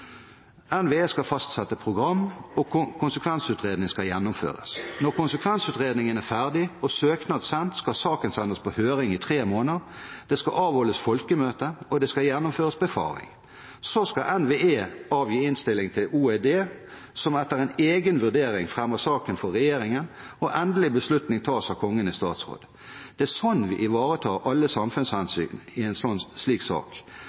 NVE skal fastsette program, og konsekvensutredningen skal gjennomføres. Når konsekvensutredningen er ferdig og søknad sendt, skal saken sendes på høring i tre måneder. Det skal avholdes folkemøte, og det skal gjennomføres befaring. Så skal NVE avgi innstilling til OED, som etter en egen vurdering fremmer saken for regjeringen, og endelig beslutning tas av Kongen i statsråd. Det er sånn vi ivaretar alle samfunnshensyn i en slik sak,